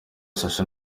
sacha